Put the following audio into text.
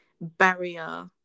barrier